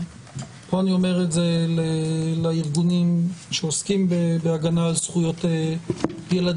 פה אני אומר את זה לארגונים שעוסקים בהגנה על זכויות ילדים,